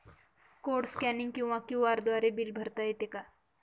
Code scanning किंवा QR द्वारे bill भरता येते का?